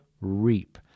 reap